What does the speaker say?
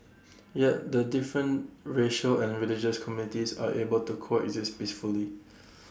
yet the different racial and religious communities are able to coexist peacefully